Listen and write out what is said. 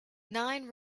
nine